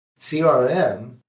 CRM